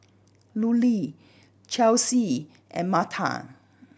Lulie Chelsy and Martha